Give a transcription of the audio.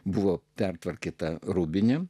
buvo pertvarkyta rūbinė